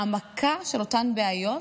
העמקה של אותן בעיות,